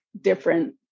different